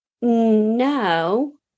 no